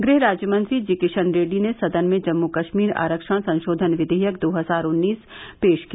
गृह राज्यमंत्री जी किशन रेड्डी ने सदन में जम्मू कश्मीर आरक्षण संशोधन विधेयक दो हजार उन्नीस पेश किया